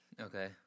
Okay